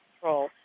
control